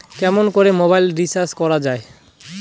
কেমন করে mobile recharge করা য়ায়?